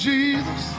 Jesus